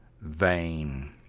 vain